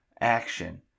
action